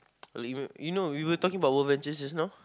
you know you know we were talking about our adventures just now